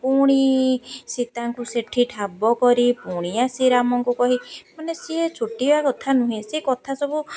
ପୁଣି ସୀତାଙ୍କୁ ସେଠି ଠାବ କରି ପୁଣି ଆସି ରାମକୁ କହି ମାନେ ସିଏ ଛୋଟିଆ କଥା ନୁହେଁ ସେ କଥା ସବୁ